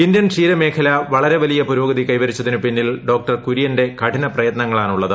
Indian ക്ഷീര മേഖല വളരെ വലിയ പുരോഗതി കൈവരിച്ചതിനു പിന്നിൽ ഡോക്ടർ കുര്യന്റെ കഠിന പ്രയത്നങ്ങളാണുള്ളത്